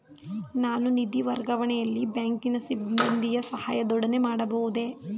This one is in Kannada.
ನಾನು ನಿಧಿ ವರ್ಗಾವಣೆಯನ್ನು ಬ್ಯಾಂಕಿನ ಸಿಬ್ಬಂದಿಯ ಸಹಾಯದೊಡನೆ ಮಾಡಬಹುದೇ?